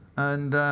and